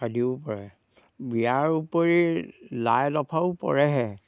আদিও পৰে ইয়াৰ উপৰি লাই লফাও পৰেহে